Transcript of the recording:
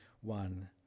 one